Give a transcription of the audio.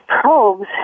probes